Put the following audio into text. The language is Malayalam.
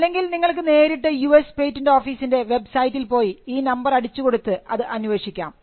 അല്ലെങ്കിൽ നിങ്ങൾക്ക് നേരിട്ട് യു എസ് പേറ്റന്റ് ഓഫീസിൻറെ വെബ്സൈറ്റിൽ പോയി ഈ നമ്പർ അടിച്ചു കൊടുത്തു അതു അന്വേഷിക്കാം